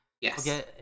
Yes